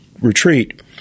retreat